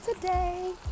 today